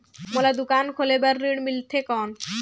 मोला दुकान खोले बार ऋण मिलथे कौन?